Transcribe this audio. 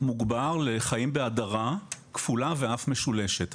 מוגבר לחיים בהדרה כפולה ואף משולשת.